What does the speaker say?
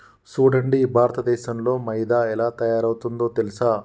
సూడండి భారతదేసంలో మైదా ఎలా తయారవుతుందో తెలుసా